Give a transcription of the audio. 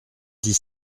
dix